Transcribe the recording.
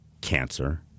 cancer